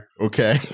Okay